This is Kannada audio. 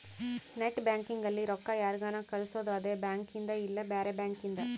ನೆಟ್ ಬ್ಯಾಂಕಿಂಗ್ ಅಲ್ಲಿ ರೊಕ್ಕ ಯಾರ್ಗನ ಕಳ್ಸೊದು ಅದೆ ಬ್ಯಾಂಕಿಂದ್ ಇಲ್ಲ ಬ್ಯಾರೆ ಬ್ಯಾಂಕಿಂದ್